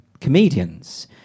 comedians